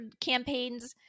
campaigns